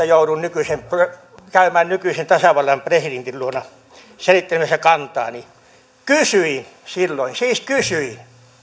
jouduin käymään nykyisen tasavallan presidentin luona selittelemässä kantaani kysyin silloin siis kysyin